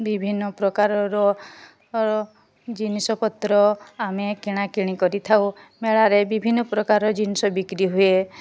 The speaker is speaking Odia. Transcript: ବିଭିନ୍ନ ପ୍ରକାରର ଜିନିଷପତ୍ର ଆମେ କିଣାକିଣି କରିଥାଉ ମେଳାରେ ବିଭିନ୍ନ ପ୍ରକାର ଜିନିଷ ବିକ୍ରି ହୁଏ